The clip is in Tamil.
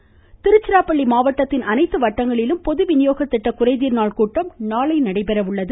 இருவரி திருச்சிராப்பள்ளி மாவட்டத்தின் அனைத்து வட்டங்களிலும் பொதுவினியோக திட்ட குறைதீர் நாள் கூட்டம் நாளை நடைபெற உள்ளது